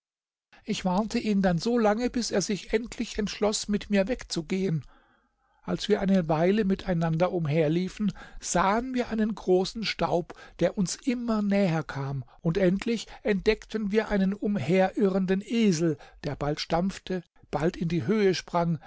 ich warnte ihn dann solange bis er sich endlich entschloß mit mir wegzugehen als wir eine weile miteinander umherliefen sahen wir einen großen staub der uns immer näher kam und endlich entdeckten wir einen umherirrenden esel der bald stampfte bald in die höhe sprang